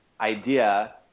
idea